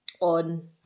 on